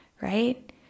Right